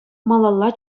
малалла